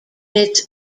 its